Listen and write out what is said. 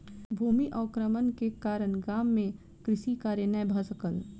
भूमि अवक्रमण के कारण गाम मे कृषि कार्य नै भ सकल